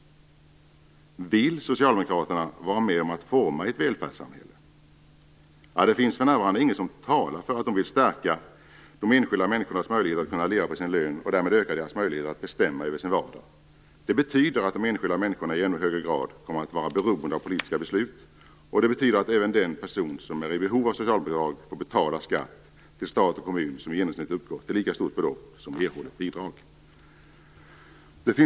Vill Socialdemokraterna vara med om att forma ett välfärdssamhälle? Det finns för närvarande inget som talar för att de vill stärka de enskilda människornas möjligheter att leva på sin lön och därmed öka deras möjligheter att bestämma över sin vardag. Det betyder att de enskilda människorna i ännu högre grad kommer att vara beroende av politiska beslut. Det betyder att även den person som är i behov av socialbidrag får betala skatt till stat och kommun, som i genomsnitt uppgår till ett lika stort belopp som erhållet bidrag.